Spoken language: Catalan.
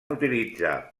utilitzar